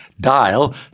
Dial